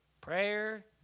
prayer